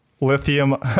lithium